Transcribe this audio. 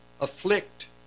afflict